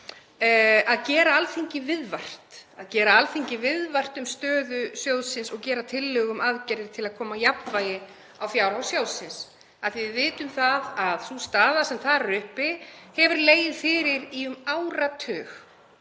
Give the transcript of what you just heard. að gera Alþingi viðvart um stöðu sjóðsins og gera tillögur um aðgerðir til að koma jafnvægi á fjárhag sjóðsins. Við vitum að sú staða sem þar er uppi hefur legið fyrir í um áratug